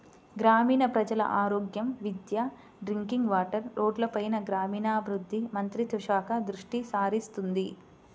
గ్రామీణ ప్రజల ఆరోగ్యం, విద్య, డ్రింకింగ్ వాటర్, రోడ్లపైన గ్రామీణాభివృద్ధి మంత్రిత్వ శాఖ దృష్టిసారిస్తుంది